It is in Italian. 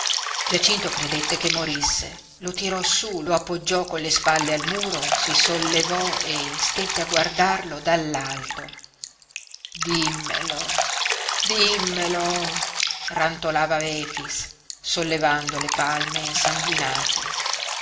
giacinto credette che morisse lo tirò su lo appoggiò con le spalle al muro si sollevò e stette a guardarlo dall'alto dimmelo dimmelo rantolava efix sollevando le palme insanguinate